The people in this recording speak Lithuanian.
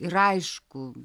ir aišku